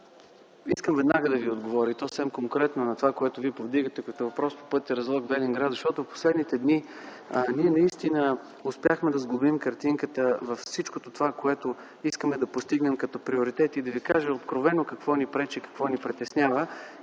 Искам веднага да Ви отговоря, и то съвсем конкретно на това, което вие повдигате като въпрос по пътя Разлог–Велинград. В последните дни ние успяхме да сглобим картинката във всичко това, което искаме да постигнем като приоритет и да ви кажа откровено – какво ни пречи, и какво ни притеснява.